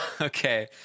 Okay